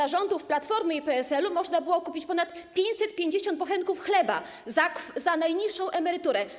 Za rządów Platformy i PSL-u można było kupić ponad 550 bochenków chleba za najniższą emeryturę.